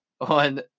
on